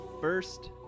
first